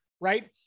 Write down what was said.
right